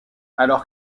alors